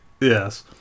Yes